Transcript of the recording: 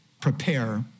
prepare